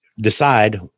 decide